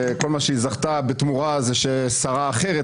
וכל מה שהיא זכתה בתמורה זה ששרה אחרת